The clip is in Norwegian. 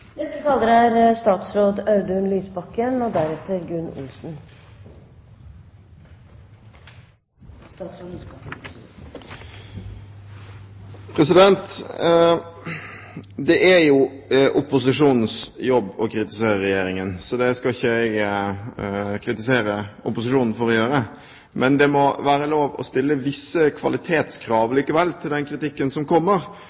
Det er jo opposisjonens jobb å kritisere Regjeringen – så det skal jeg ikke kritisere opposisjonen for. Men det må likevel være lov å stille visse kvalitetskrav til den kritikken som kommer.